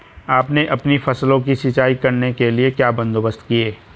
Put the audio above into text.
आपने अपनी फसलों की सिंचाई करने के लिए क्या बंदोबस्त किए है